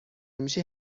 میشی